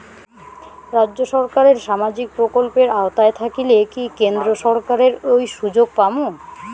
রাজ্য সরকারের সামাজিক প্রকল্পের আওতায় থাকিলে কি কেন্দ্র সরকারের ওই সুযোগ পামু?